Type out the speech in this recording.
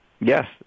yes